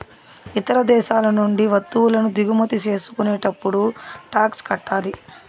ఇతర దేశాల నుండి వత్తువులను దిగుమతి చేసుకునేటప్పుడు టాక్స్ కట్టాలి